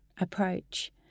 approach